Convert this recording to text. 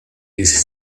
his